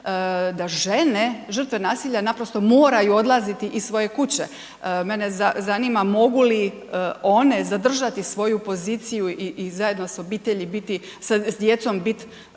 da žene žrtve nasilja naprosto moraju odlaziti iz svoje kuće. Mene zanima mogu li one zadržati svoju poziciju i zajedno s obitelji biti, s djecom biti